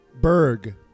Berg